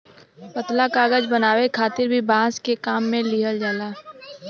पतला कागज बनावे खातिर भी बांस के काम में लिहल जाला